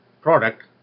product